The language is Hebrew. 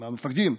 מהמפקדים,